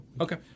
Okay